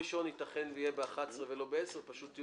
12:45.